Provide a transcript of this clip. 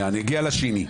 נגיע לשני.